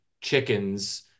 chickens